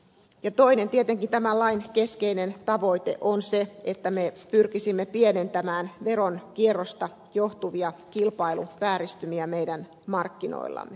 ja tietenkin tämän lain toinen keskeinen tavoite on se että me pyrkisimme pienentämään veronkierrosta johtuvia kilpailuvääristymiä meidän markkinoillamme